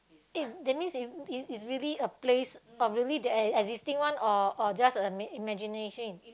eh that's mean is is really a place or really that's a existing one or or just a imagination